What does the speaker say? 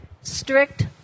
Strict